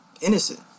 innocent